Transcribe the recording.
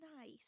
nice